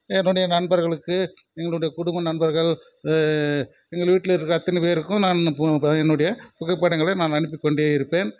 என்னுடைய நண்பர்களுக்கு என்னுடைய குடும்ப நண்பர்கள் எங்கள் வீட்டில் இருக்க அத்தனை பேருக்கும் நான் என்னுடைய புகைப்படங்களை நான் அனுப்பிக்கொண்டே இருப்பேன்